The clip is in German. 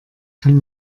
kann